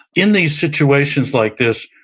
in these situations like this,